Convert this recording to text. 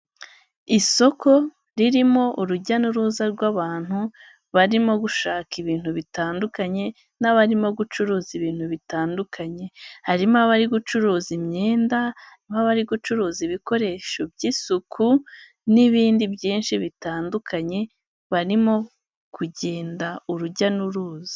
Isoko ririmo urujya n'uruza rw'abantu barimo gushaka ibintu bitandukanye n'abarimo gucuruza ibintu bitandukanye, harimo abari gucuruza imyenda n'abari gucuruza ibikoresho by'isuku n'ibindi byinshi bitandukanye barimo kugenda urujya n'uruza.